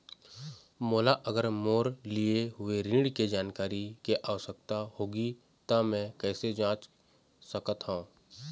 मोला अगर मोर लिए हुए ऋण के जानकारी के आवश्यकता होगी त मैं कैसे जांच सकत हव?